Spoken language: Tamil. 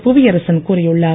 புவியரசன் கூறியுள்ளார்